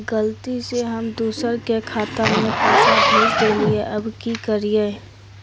गलती से हम दुसर के खाता में पैसा भेज देलियेई, अब की करियई?